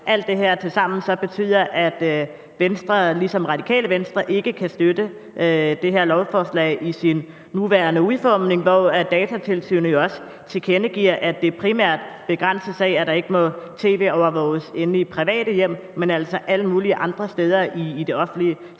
at Venstre ligesom Radikale Venstre ikke kan støtte det her lovforslag i sin nuværende udformning. Datatilsynet tilkendegiver jo også, at dette primært begrænses af, at der ikke må tv-overvåges i private hjem, men altså alle mulige andre steder i det offentlige